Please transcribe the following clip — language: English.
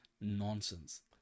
nonsense